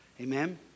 Amen